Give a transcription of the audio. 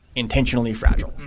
intentionally fragile.